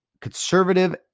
conservative